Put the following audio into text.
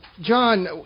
John